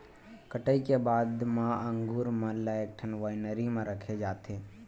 कटई के बाद म अंगुर मन ल एकठन वाइनरी म रखे जाथे